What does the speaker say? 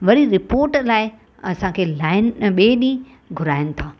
वरी रिपोट लाइ असांखे लाइन ॿिए ॾींहं घुराइनि था